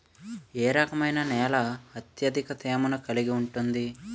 ఏ రకమైన నేల అత్యధిక తేమను కలిగి ఉంటుంది?